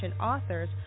authors